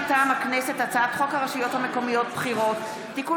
מטעם הכנסת: הצעת חוק הרשויות המקומיות (בחירות) (תיקון